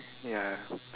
ya